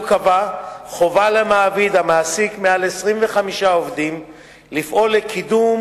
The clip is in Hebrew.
קבע חובה למעביד המעסיק מעל 25 עובדים לפעול לקידום